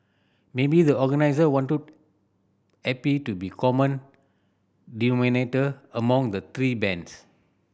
maybe the organiser wanted to happy to be common denominator among the three bands